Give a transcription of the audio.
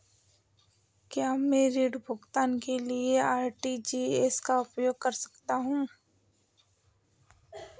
क्या मैं ऋण भुगतान के लिए आर.टी.जी.एस का उपयोग कर सकता हूँ?